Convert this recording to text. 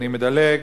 אני מדלג,